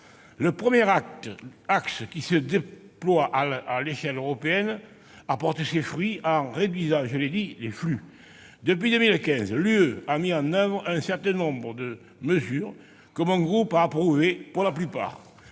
Le premier axe, qui se déploie à l'échelle européenne, a porté ses fruits en réduisant, je l'ai dit, les flux. Depuis 2015, l'Union européenne a mis en oeuvre un certain nombre de mesures, que mon groupe a approuvées pour la plupart